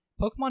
pokemon